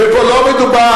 ופה לא מדובר,